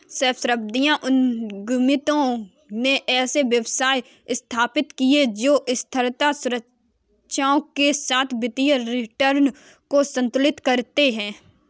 सहस्राब्दी उद्यमियों ने ऐसे व्यवसाय स्थापित किए जो स्थिरता लक्ष्यों के साथ वित्तीय रिटर्न को संतुलित करते हैं